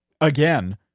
again